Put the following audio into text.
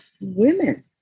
women